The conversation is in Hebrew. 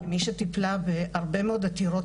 מי שטיפלה בהרבה מאות עתירות